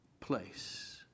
place